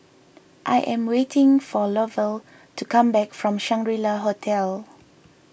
I am waiting for Lovell to come back from Shangri La Hotel